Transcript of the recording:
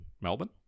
Melbourne